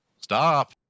Stop